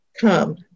come